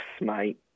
mate